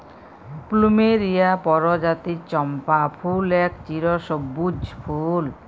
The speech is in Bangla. প্লুমেরিয়া পরজাতির চম্পা ফুল এক চিরসব্যুজ ফুল